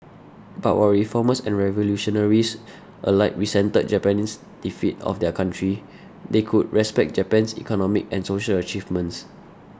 but while reformers and revolutionaries alike resented Japan's defeat of their country they could respect Japan's economic and social achievements